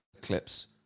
clips